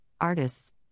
artists